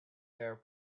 fair